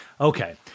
Okay